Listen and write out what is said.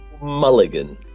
Mulligan